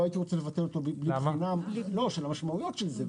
לא הייתי רוצה לבטל אותו מבחינת המשמעויות של זה.